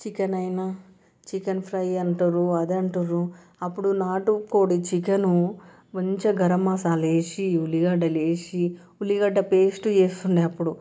chicken అయినా chicken fry అంటారు అది అంటారు అప్పుడు నాటుకోడి చికెన్ మంచిగా గరం మసాలా వేసి ఉల్లిగడ్డలు వేసి ఉల్లిగడ్డ పేస్టు చేస్తూ ఉండేది అప్పుడు